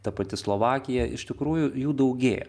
ta pati slovakija iš tikrųjų jų daugėja